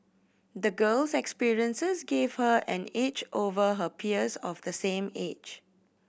the girl's experiences gave her an edge over her peers of the same age